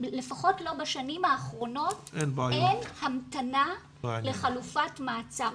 לפחות לא בשנים האחרונות, המתנה לחלופת מעצר.